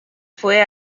fue